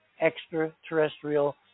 extraterrestrial